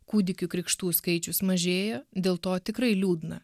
kūdikių krikštų skaičius mažėja dėl to tikrai liūdna